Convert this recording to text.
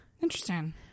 interesting